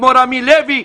כמו רמי לוי,